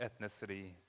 ethnicity